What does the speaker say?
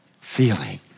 feeling